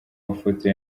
mafoto